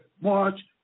March